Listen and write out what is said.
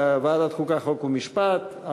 חוק ומשפט,